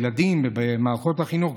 ילדים במערכות החינוך,